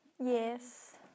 Yes